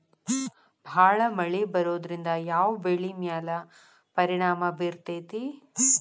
ಭಾಳ ಮಳಿ ಬರೋದ್ರಿಂದ ಯಾವ್ ಬೆಳಿ ಮ್ಯಾಲ್ ಪರಿಣಾಮ ಬಿರತೇತಿ?